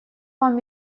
вам